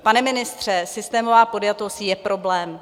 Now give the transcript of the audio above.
Pane ministře, systémová podjatost je problém.